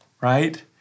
right